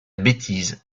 bêtise